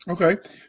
Okay